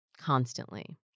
constantly